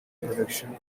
production